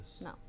No